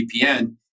VPN